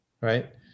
right